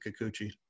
Kikuchi